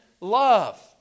love